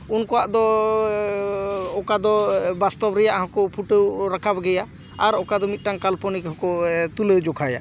ᱩᱱᱠᱩᱣᱟᱜ ᱫᱚ ᱚᱠᱟ ᱫᱚ ᱵᱟᱥᱛᱚᱵ ᱨᱮᱭᱟᱜ ᱦᱚᱸᱠᱚ ᱯᱷᱩᱴᱟᱹᱣ ᱨᱟᱠᱟᱵ ᱜᱮᱭᱟ ᱟᱨ ᱚᱠᱟ ᱫᱚ ᱢᱤᱫᱴᱟᱱ ᱠᱟᱞᱯᱚᱱᱤᱠ ᱦᱚᱸᱠᱚ ᱛᱩᱞᱟᱹᱣ ᱡᱚᱠᱷᱟᱭᱟ